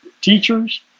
teachers